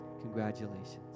Congratulations